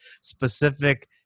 specific